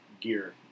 gear